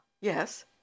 Yes